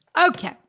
Okay